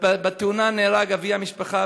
בתאונה נהרג אבי המשפחה,